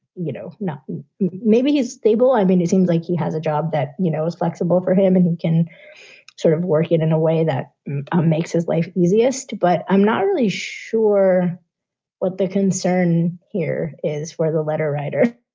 you know, not maybe he's stable. i mean, it seems like he has a job that, you know, is flexible for him and he can sort of work it in a way that um makes his life easiest. but i'm not really sure what their concern here is, where the letter writer.